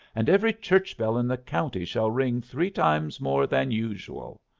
and every church-bell in the county shall ring three times more than usual.